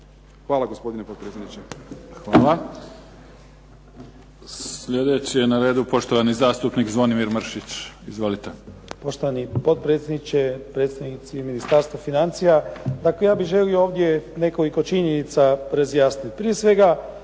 Hvala gospodine potpredsjedniče. **Mimica, Neven (SDP)** Hvala. Sljedeći je na redu poštovani zastupnik Zvonimir Mršić. Izvolite. **Mršić, Zvonimir (SDP)** Poštovani potpredsjedniče, predstavnici Ministarstva financija. Ja bih želio ovdje nekoliko činjenica razjasniti.